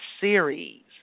series